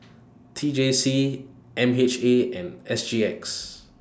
T J C M H A and S G X